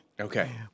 Okay